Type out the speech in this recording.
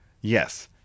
Yes